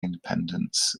independents